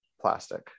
plastic